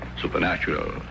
Supernatural